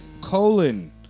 colon